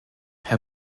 herr